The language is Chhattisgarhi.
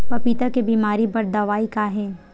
पपीता के बीमारी बर दवाई का हे?